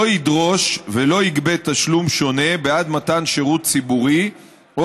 לא ידרוש ולא יגבה תשלום שונה בעד מתן שירות ציבורי או